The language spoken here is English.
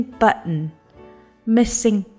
button，missing